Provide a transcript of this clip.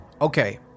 okay